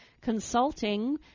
Consulting